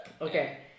Okay